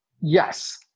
Yes